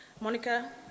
Monica